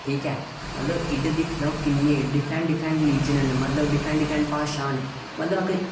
ठीक ऐ मतलब इद्धर दिक्खी लैऔ किन्नी डिफरैट डिफरैंट रिलीजन न मतलब डिफरैंट डिफरैंट भाशां न मतलब अगर